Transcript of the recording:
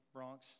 Bronx